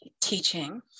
teaching